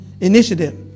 initiative